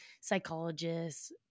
psychologists –